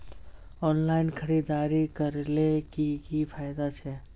Online खरीदारी करले की की फायदा छे?